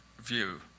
view